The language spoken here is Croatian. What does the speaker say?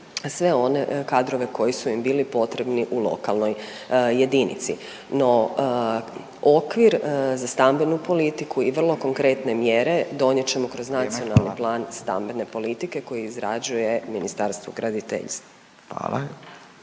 sve one kadrove koji su im bili potrebni u lokalnoj jedinici. No, okvir za stambenu politiku i vrlo konkretne mjere donijet ćemo kroz Nacionalni … …/Upadica Furio Radin: Vrijeme, hvala./… … plan stambene politike koji izrađuje Ministarstvo graditeljstva.